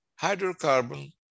hydrocarbon